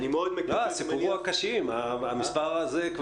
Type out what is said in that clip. אני מאוד מקווה --- עברנו את המספר הזה.